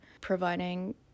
providing